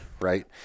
right